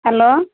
hello